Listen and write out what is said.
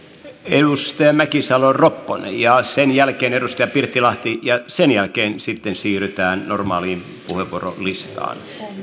edustaja mäkisalo ropponen ja sen jälkeen edustaja pirttilahti ja sen jälkeen sitten siirrytään normaaliin puheenvuorolistaan